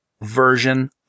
version